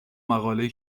مقالهای